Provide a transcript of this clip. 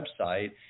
website